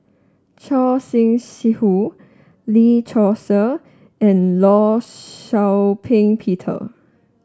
Choor Singh Sidhu Lee Seow Ser and Law Shau Ping Peter